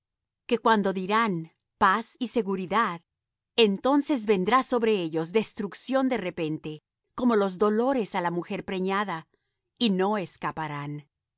que cuando dirán paz y seguridad entonces vendrá sobre ellos destrucción de repente como los dolores á la mujer preñada y no escaparán